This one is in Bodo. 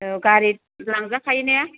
औ गारि लांजाखायो ना